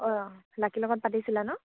অঁ লাকিৰ লগত পাতিছিলা ন